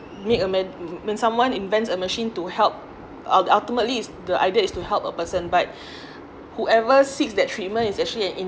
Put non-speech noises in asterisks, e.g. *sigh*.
me when someone invent a machine to help ul~ ultimately is the idea is to help a person but *breath* whoever seeks that treatment is actually an